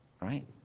right